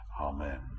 Amen